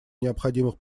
необходимых